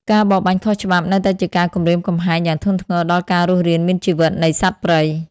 ការបរបាញ់ខុសច្បាប់នៅតែជាការគំរាមកំហែងយ៉ាងធ្ងន់ធ្ងរដល់ការរស់រានមានជីវិតនៃសត្វព្រៃ។